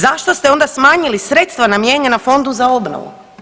Zašto ste onda smanjili sredstva namijenjena Fondu za obnovu?